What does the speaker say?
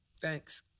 Thanks